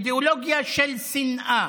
אידיאולוגיה של שנאה.